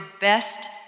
best